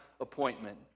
appointment